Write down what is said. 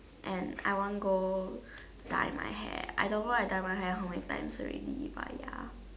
and I won't go dye my hair I don't like dye my hair how many times already by yet